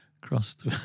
crossed